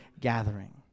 gathering